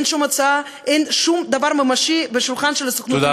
אין שום הצעה,